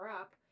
up